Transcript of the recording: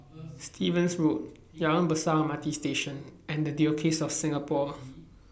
Stevens Road Jalan Besar M R T Station and The Diocese of Singapore